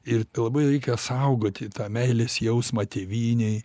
ir labai reikia saugoti tą meilės jausmą tėvynei